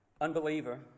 Unbeliever